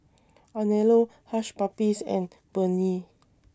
Anello Hush Puppies and Burnie